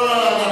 לא לא לא לא,